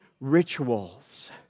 rituals